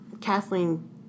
Kathleen